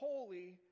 holy